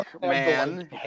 man